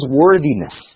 worthiness